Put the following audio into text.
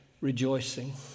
rejoicing